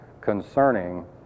concerning